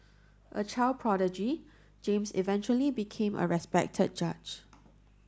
a child prodigy James eventually became a respected judge